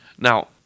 Now